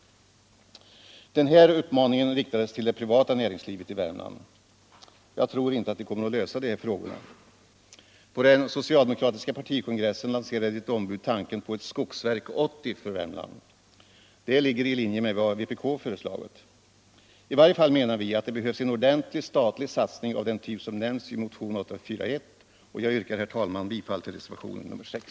1 Denna uppmaning riktades till det privata näringslivet i Värmland. Jag tror inte att en sådan satsning kommer att lösa de här frågorna. På den socialdemokratiska partikongressen lanserade ett ombud tanken på ctt Skogsverk 80 för Värmland. Det ligger i linje med vad vpk har föreslagit. I varje fall menar vi att det behövs en ordentlig statlig satsning av den typ som nämns i motionen 841.